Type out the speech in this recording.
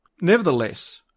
Nevertheless